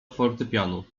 fortepianu